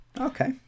Okay